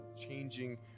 Changing